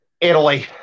Italy